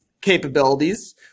capabilities